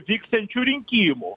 vyksiančių rinkimų